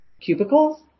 cubicles